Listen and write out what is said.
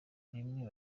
rimwe